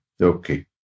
Okay